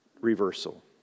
Reversal